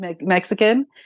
Mexican